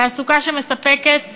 תעסוקה שמספקת